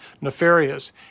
nefarious